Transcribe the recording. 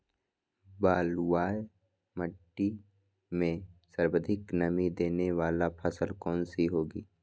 बलुई मिट्टी में सर्वाधिक मनी देने वाली फसल कौन सी होंगी?